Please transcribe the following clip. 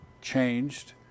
changed